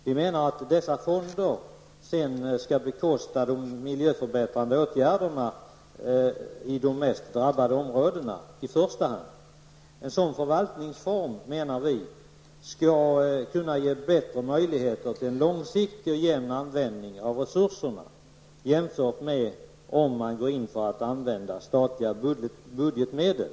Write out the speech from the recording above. Vi menar att dessa fonder sedan skall bekosta de miljöförbättrande åtgärderna, i första hand i de mest drabbade områdena. En sådan förvaltningsform menar vi skulle kunna ge bättre möjligheter till en långsiktig och jämn användning av resurserna jämfört med hur det blir om man går in för att använda statliga budgetmedel.